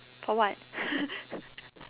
for what